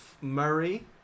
Murray